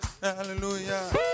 Hallelujah